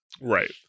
right